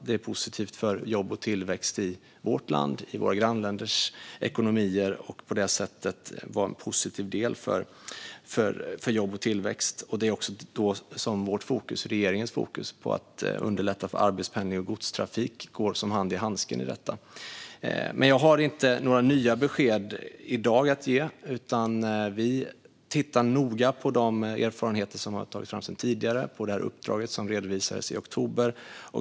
Det är positivt för jobb och tillväxt i vårt land och för våra grannländers ekonomier. Regeringens fokus på att underlätta för arbetspendling och godstrafik passar som hand i handske med detta. I dag har jag inte några nya besked att ge. Vi tittar noga på de erfarenheter som finns sedan tidigare och på det uppdrag som redovisades i oktober.